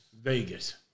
Vegas